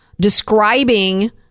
describing